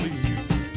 please